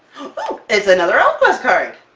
oh, it's another elfquest card!